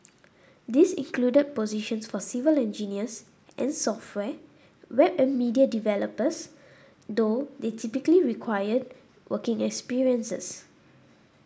these included positions for civil engineers and software web and media developers though they typically required working experiences